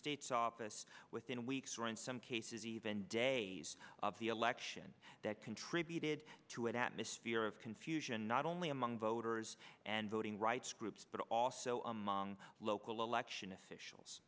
state's office within weeks or in some cases even days of the election that contributed to an atmosphere of confusion not only among voters and voting rights groups but also among local election officials